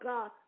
God